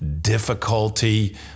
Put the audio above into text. difficulty